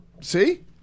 See